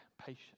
Patience